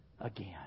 again